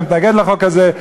אני מתנגד לחוק הזה,